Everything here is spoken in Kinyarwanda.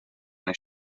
muri